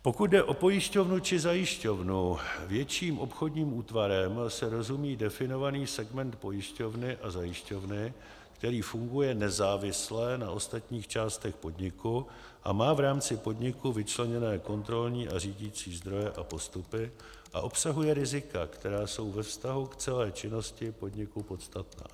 Pokud jde o pojišťovnu či zajišťovnu, větším obchodním útvarem se rozumí definovaný segment pojišťovny a zajišťovny, který funguje nezávisle na ostatních částech podniku a má v rámci podniku vyčleněné kontrolní a řídicí zdroje a postupy a obsahuje rizika, která jsou ve vztahu k celé činnosti podniku podstatná.